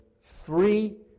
three